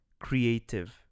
creative